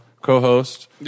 co-host